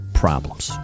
problems